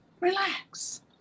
Relax